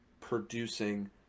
producing